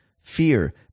Fear